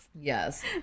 Yes